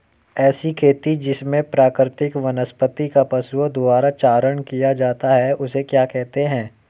ऐसी खेती जिसमें प्राकृतिक वनस्पति का पशुओं द्वारा चारण किया जाता है उसे क्या कहते हैं?